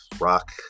rock